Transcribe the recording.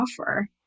offer